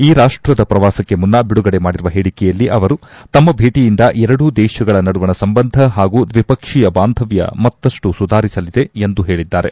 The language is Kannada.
ಈ ರಾಷ್ಟದ ಪ್ರವಾಸಕ್ಕೆ ಮುನ್ನ ಬಿಡುಗಡೆ ಮಾಡಿರುವ ಹೇಳಕೆಯಲ್ಲಿ ಅವರು ತಮ್ಮ ಭೇಟಿಯಿಂದ ಎರಡೂ ದೇಶಗಳ ನಡುವಣ ಸಂಬಂಧ ಹಾಗೂ ದ್ವಿಪಕ್ಷೀಯ ಬಾಂಧವ್ಯ ಮತ್ತಷ್ಟು ಸುಧಾರಿಸಲಿದೆ ಎಂದು ಹೇಳಿದ್ದಾರೆ